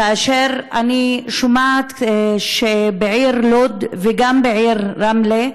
כאשר אני שומעת שבעיר לוד, וגם בעיר רמלה,